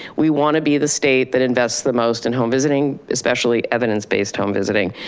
we want to be the state that invest the most in home visiting, especially evidence based home visiting.